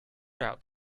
out